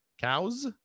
Cows